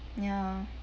ya